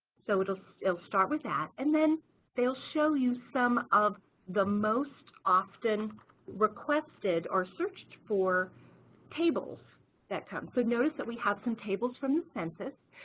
so it will start with that and then they'll show you some of the most often requested or searched for tables that come. so notice that we have some tables from the census.